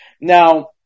Now